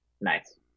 Nice